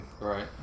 right